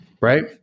Right